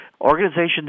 Organizations